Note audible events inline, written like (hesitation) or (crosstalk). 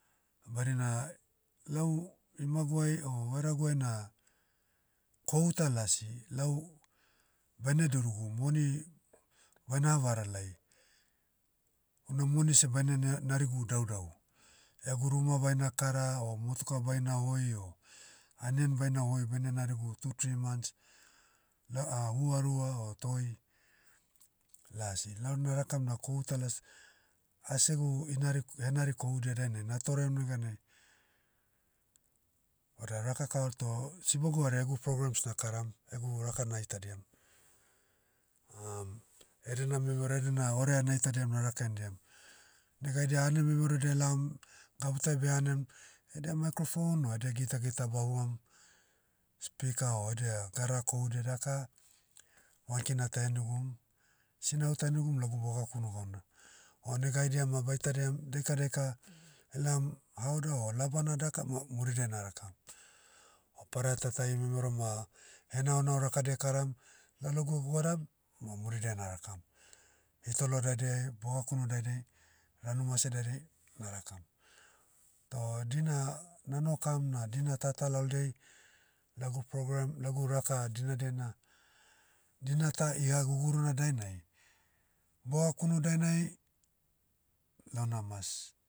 Badina, lau, imaguai o vairaguai na, kohu ta lasi, lau, baine durugu moni, baina havaralai, una moni seh baine ne- narigu daudau. Egu ruma baina kara o motuka baina hoi o, anian baina hoi baine narigu two three months, da (hesitation) hua rua o toi, lasi lau narakam na kohu ta las, asegu inari- henari kodudia dainai natorem neganai, vada raka kava toh, sibogu hari egu programs nakaram, egu raka naitadiam. (hesitation) edena memero edena orea naitadiam naraka hendiam. Negaidia ane memerodia elaom, gabu tai beanem, edia microphone o edia gitagita bahuam, speaker o edia gadara kohudia daka, one kina ta ehenigum, sinahu ta henigum lagu bogakunu gauna. O nega haidia ma baitadiam, daika daika, elaom, haoda o labana daka ma muridiai narakam. O pada tatai memero ma, henaonao rakadia ekaram, lalogu egoadam, mo muridia narakam. Hitolo daidai, bogakunu daidai, ranu mase daidai, narakam. Toh dina, nanoho kam na dina tata laldei, lagu program lagu raka dinadia na, dina ta iha guguruna dainai, bogakunu dainai, launa mas,